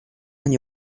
они